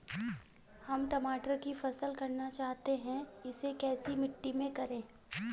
हम टमाटर की फसल करना चाहते हैं इसे कैसी मिट्टी में करें?